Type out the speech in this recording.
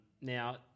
Now